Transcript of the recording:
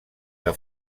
que